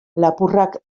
lapurrak